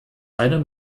eine